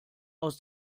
aus